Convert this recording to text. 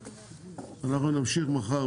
אנחנו נמשיך מחר